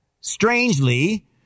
strangely